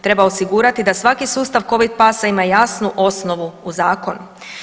Treba osigurati da svaki sustav Covid Passa ima jasnu osnovu u zakonu.